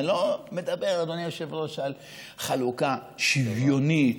אני לא מדבר, אדוני היושב-ראש, על חלוקה שוויונית,